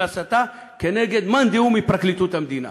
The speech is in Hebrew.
הסתה כנגד מאן דהוא מפרקליטות המדינה,